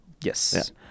Yes